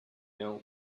know